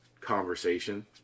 conversation